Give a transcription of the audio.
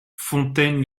fontaine